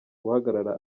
guhagarara